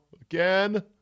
again